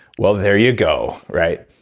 well, there you go, right?